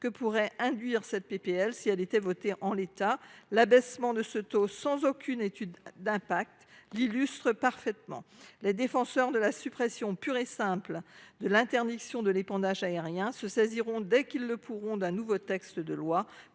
que pourrait induire cette proposition de loi si elle était adoptée en l’état. L’abaissement de ce pourcentage sans aucune étude d’impact l’illustre parfaitement. Les défenseurs de la suppression pure et simple de l’interdiction de l’épandage aérien se saisiront dès qu’ils le pourront d’un nouveau texte pour